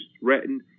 threatened